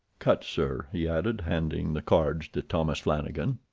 cut, sir, he added, handing the cards to thomas flanagan.